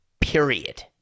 Period